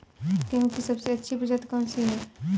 गेहूँ की सबसे अच्छी प्रजाति कौन सी है?